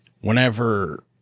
whenever